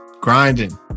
Grinding